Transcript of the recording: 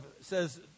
says